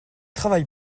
travaille